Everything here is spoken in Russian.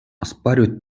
оспаривает